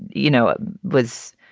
you know, it was